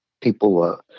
people